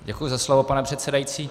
Děkuji za slovo, pane předsedající.